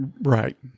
right